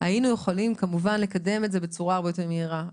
היינו יכולים כמובן לקדם את זה בצורה הרבה יותר מהירה,